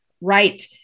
Right